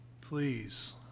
please